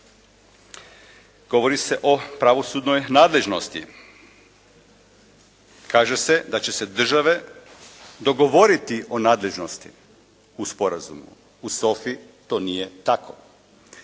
govori se o pravosudnoj nadležnosti. Kaže se da će se države dogovoriti o nadležnosti u sporazumu, u SOFA-i to nije tako.